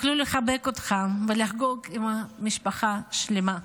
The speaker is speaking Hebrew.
תוכלו לחבק אותם ולחגוג עם המשפחה השלמה.